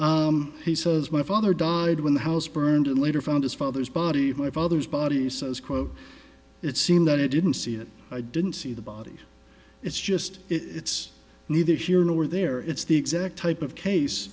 he says my father died when the house burned and later found his father's body my father's body says quote it seemed that i didn't see it i didn't see the body it's just it's neither here nor there it's the exact type of case